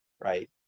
right